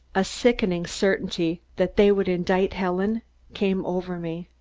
a sickening certainty that they would indict helen came over me.